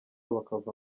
bakava